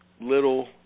little